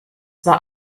war